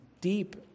deep